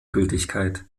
gültigkeit